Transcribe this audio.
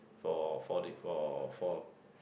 for for the for for